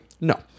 No